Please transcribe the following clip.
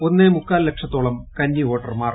ഒന്നേ മുക്കാൽ ലക്ഷത്തോളം കന്നി വോട്ടർമാർ